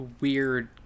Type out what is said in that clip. weird